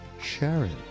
Sharon